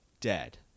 dead